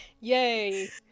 Yay